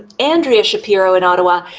andrea shapiro in ottawa.